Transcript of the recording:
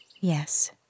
Yes